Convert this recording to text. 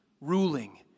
ruling